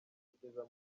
kugeza